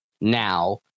now